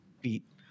beat